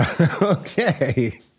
Okay